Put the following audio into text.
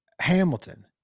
Hamilton